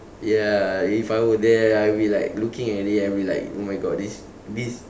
ya if I were there I'll be like looking at it I'll be like oh my god this this